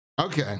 Okay